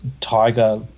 Tiger –